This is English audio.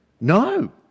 No